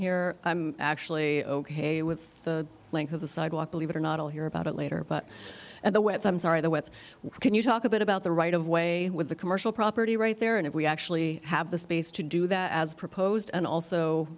here i'm actually ok with the length of the sidewalk believe it or not i'll hear about it later but at the way at times are there with can you talk a bit about the right of way with the commercial property right there and if we actually have the space to do that as proposed and also